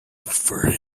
for